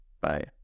Bye